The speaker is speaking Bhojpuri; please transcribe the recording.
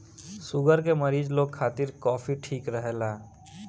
शुगर के मरीज लोग खातिर भी कॉफ़ी ठीक रहेला